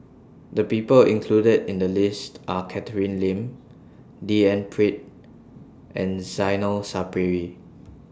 The People included in The list Are Catherine Lim D N Pritt and Zainal Sapari